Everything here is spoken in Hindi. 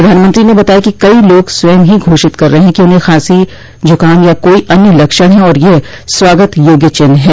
प्रधानमंत्री ने बताया कि कई लोग स्वयं ही घोषित कर रहे है कि उन्हें खांसी जुकाम या कोई अन्य लक्षण है और यह स्वागत योग्य चिन्ह है